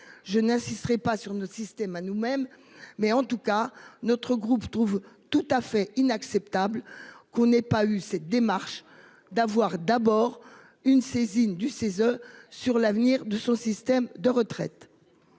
Je n'insisterai pas sur notre système à nous nous-mêmes mais en tout cas notre groupe trouve tout à fait inacceptable qu'on n'ait pas eu cette démarche d'avoir d'abord une saisine du CESE sur l'avenir de son système de retraite.